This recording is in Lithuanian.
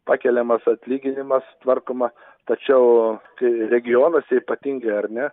pakeliamas atlyginimas tvarkoma tačiau kai regionuose ypatingai ar ne